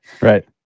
Right